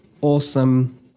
awesome